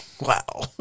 Wow